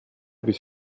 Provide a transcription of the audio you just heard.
bis